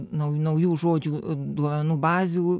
nau naujų žodžių duomenų bazių